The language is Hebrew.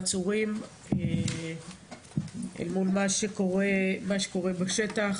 העצורים אל מול מה שקורה בשטח.